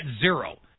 zero